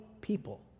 people